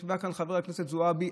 ישבה כאן חברת הכנסת זועבי,